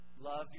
Love